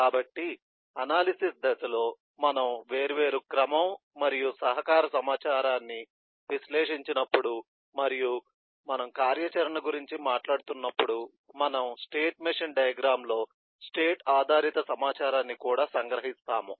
కాబట్టి అనాలిసిస్ దశలో మనము వేర్వేరు క్రమం మరియు సహకార సమాచారాన్ని విశ్లేషించినప్పుడు మరియు మనము కార్యాచరణ గురించి మాట్లాడుతున్నప్పుడు మనము స్టేట్ మెషిన్ డయాగ్రమ్ లో స్టేట్ ఆధారిత సమాచారాన్ని కూడా సంగ్రహిస్తాము